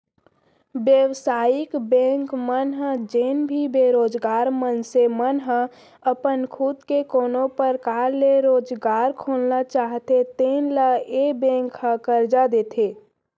बेवसायिक बेंक मन ह जेन भी बेरोजगार मनसे मन ह अपन खुद के कोनो परकार ले रोजगार खोलना चाहते तेन ल ए बेंक ह करजा देथे